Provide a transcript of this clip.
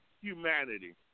humanity